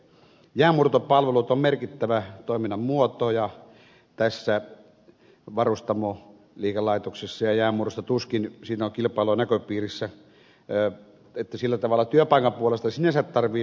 jäänmurtopalvelut on merkittävä toiminnan muoto tässä varustamoliikelaitoksessa ja jäänmurrossa tuskin on kilpailua näköpiirissä että sillä tavalla työpaikan puolesta sinänsä tarvitsee pelätä